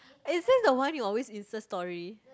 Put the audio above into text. is it the one he always Insta Story